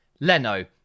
Leno